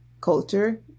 culture